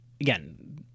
again